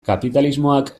kapitalismoak